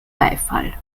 beifall